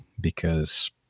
because-